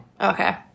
Okay